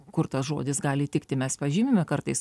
kur tas žodis gali tikti mes pažymime kartais